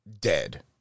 dead